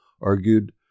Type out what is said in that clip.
argued